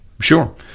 Sure